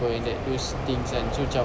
[pe] in that those things kan so cam